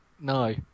No